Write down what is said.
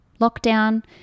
lockdown